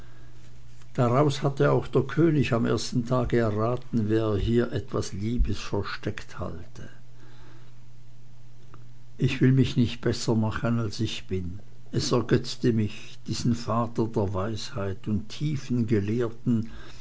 daraus hatte auch der könig am ersten tage erraten wer hier etwas liebes versteckt halte ich will mich nicht besser machen als ich bin es ergötzte mich diesen vater der weisheit und tiefen gelehrten